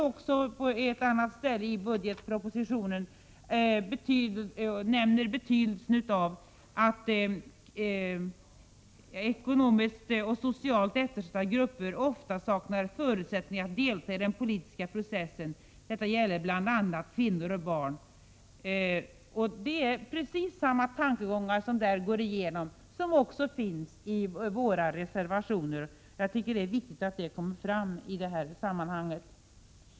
På ett annat ställe i budgetpropositionen nämner statsrådet betydelsen av att ekonomiskt och socialt eftersatta grupper ofta saknar förutsättningar att delta i den politiska processen. Detta gäller bl.a. kvinnor och barn. Precis samma tankegångar återfinns i våra reservationer. Jag tycker att det är viktigt att detta kommer fram.